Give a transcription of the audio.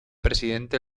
presidente